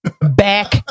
Back